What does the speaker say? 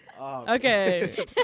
Okay